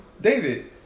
David